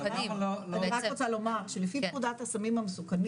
אני רק רוצה לומר שלפי פקודת הסמים המסוכנים